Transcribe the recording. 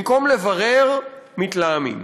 במקום לברר, מתלהמים,